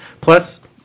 Plus